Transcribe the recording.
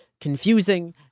confusing